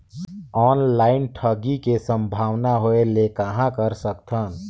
Online ठगी के संभावना होय ले कहां कर सकथन?